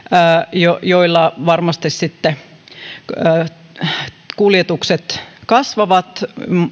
joilla varmasti kuljetukset sitten kasvavat